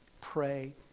pray